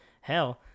Hell